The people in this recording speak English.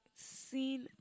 Seen